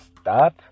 stop